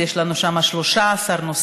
יש לנו שם 13 נושאים,